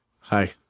Hi